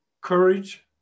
Courage